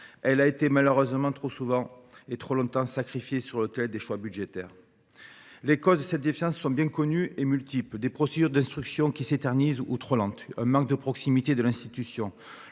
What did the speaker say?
elle a été malheureusement trop souvent et trop longtemps sacrifiée sur l’autel des choix budgétaires. Les causes de cette défiance sont multiples et bien connues : des procédures d’instruction qui s’éternisent ou qui sont trop lentes, un manque de proximité de l’institution